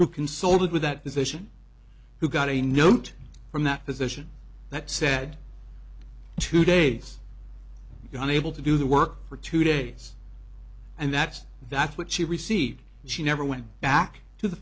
who consulted with that position who got a note from that position that said two days gone able to do the work for two days and that's that's what she received she never went back to the